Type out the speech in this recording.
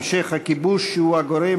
המשך הכיבוש שהוא הגורם